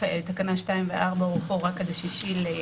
שתקנה 2 ו-4 הוארכו רק עד 6 באפריל.